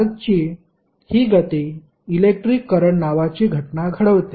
चार्जची ही गती electric current नावाची घटना घडवते